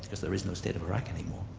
because there is no state of iraq any more.